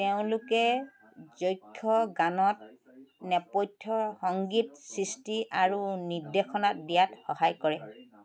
তেওঁলোকে যক্ষ গানত নেপথ্য সংগীত সৃষ্টি আৰু নিৰ্দেশনা দিয়াত সহায় কৰে